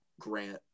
Grant